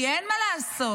כי אין מה לעשות,